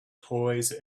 toys